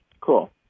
Cool